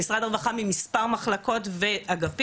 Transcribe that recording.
ממשרד הרווחה מגיעים ממספר מחלקות ואגפים.